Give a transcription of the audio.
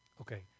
Okay